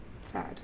Sad